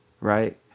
right